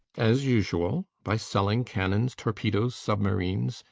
as usual. by selling cannons, torpedoes, submarines,